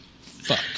Fuck